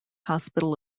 hospital